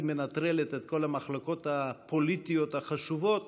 מנטרלת את כל המחלוקות הפוליטיות החשובות